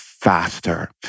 faster